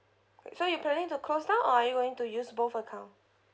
so you planning to close now or you planning to use both account